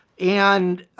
and,